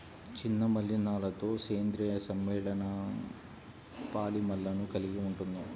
చిన్న మలినాలతోసేంద్రీయ సమ్మేళనంపాలిమర్లను కలిగి ఉంటుంది